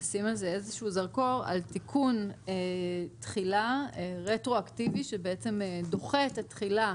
תיקון תחילה רטרואקטיבי שדוחה את התחילה